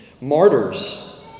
Martyrs